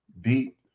beat